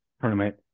tournament